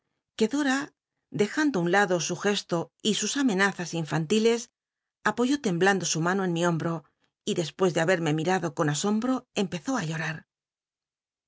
dora dejando i un lado su gesto y sus amenazas infantiles apoyó temblando su mano en mi hombto y dcspues de habctme mirado con asombm empezó á llorar